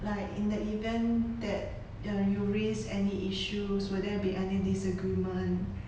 like in the event that when you risk any issues will there be any disagreement